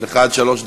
יש לך עד שלוש דקות.